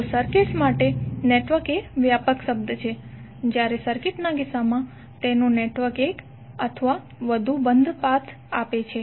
તો સર્કિટ્સ માટે નેટવર્ક એ વ્યાપક શબ્દ છે જ્યારે સર્કિટના કિસ્સામાં તેનુ નેટવર્ક એક અથવા વધુ બંધ પાથ આપે છે